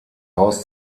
haus